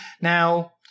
now